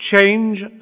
Change